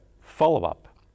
follow-up